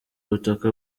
ubutaka